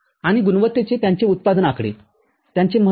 आणि गुणवत्तेचे त्यांचे उत्पादन आकडे त्यांचे महत्त्व